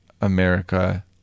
America